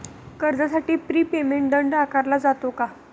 कर्जासाठी prepayment दंड आकारला जातो का?